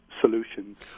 solutions